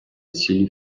цілі